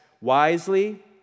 wisely